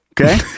Okay